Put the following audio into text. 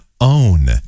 OWN